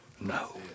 No